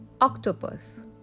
octopus